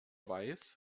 weiß